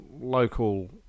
local